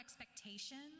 expectations